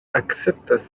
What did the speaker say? akceptas